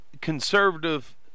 conservative